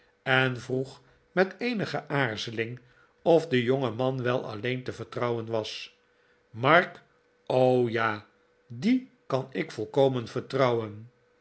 en vroeg met eenige aarzeling of de jongeman wel alleen te vertrouwen was mark o ja f dien kan ik volkomen vertrouwen